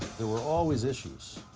there were always issues,